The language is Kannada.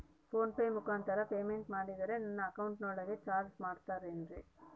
ಫೋನ್ ಪೆ ಮುಖಾಂತರ ಪೇಮೆಂಟ್ ಮಾಡಿದರೆ ನನ್ನ ಅಕೌಂಟಿನೊಳಗ ಚಾರ್ಜ್ ಮಾಡ್ತಿರೇನು?